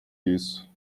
isso